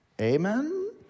Amen